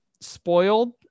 spoiled